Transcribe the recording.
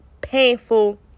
painful